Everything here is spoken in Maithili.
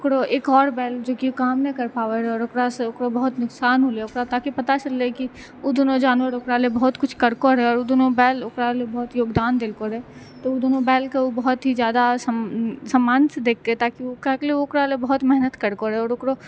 ओकरो एक आओर बैल जेकी काम नहि करि पाबै रहै आओर ओकरासँ ओकरो बहुत नोकसान होलै ओकरा ताकि पता चललै की उ दुनू जानवर ओकरा लए बहुत कुछ करितो रहै आओर उ दुनू बैल ओकरा लए बहुत योगदान देलकै रहा तऽ उ दुनू बैलके बहुत ही जादा सम्मानसँ देखै ताकि काहेकि ओ ओकरा लए बहुत मेहनत करको रहै आओर ओकरो